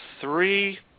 three